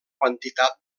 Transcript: quantitat